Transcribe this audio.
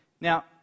Now